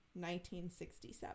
1967